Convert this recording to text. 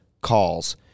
calls